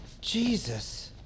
Jesus